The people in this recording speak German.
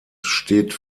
steht